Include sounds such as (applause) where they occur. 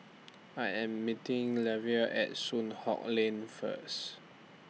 I Am meeting (unintelligible) At Soon Hock Lane First